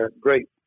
great